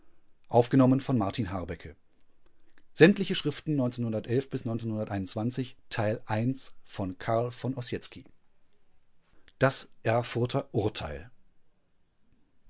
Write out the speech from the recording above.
sich das urteil